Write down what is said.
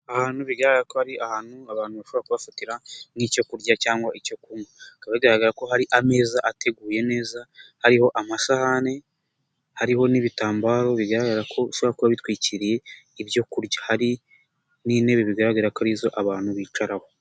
Ahantu bigaragara ko ari ahantu abantu bashobora kubafatira nk'icyo kurya cyangwa icyo kunywa, bikaba bigaragara ko hari ameza ateguye neza hariho amasahani hariho n'ibitambaro bigaragara ko bishobora kuba bitwikiriye ibyo kurya, hari n'intebe bigaragara ko ari izo abantu bicaraho.